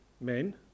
men